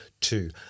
two